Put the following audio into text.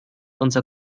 unser